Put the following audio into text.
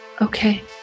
okay